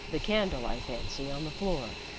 the candle, i fancy, on the floor.